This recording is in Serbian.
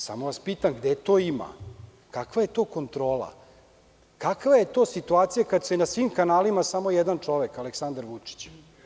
Samo vas pitam – gde to ima, kakva je to kontrola, kakva je to situacija kada je na svim kanalima samo jedan čovek, Aleksandar Vučić?